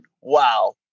wow